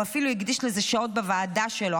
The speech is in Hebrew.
הוא אפילו הקדיש לזה שעות בוועדה שלו.